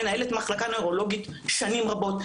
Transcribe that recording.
מנהלת מחלקה נוירולוגית שנים רבות.